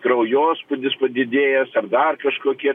kraujospūdis padidėjęs ar dar kažkokie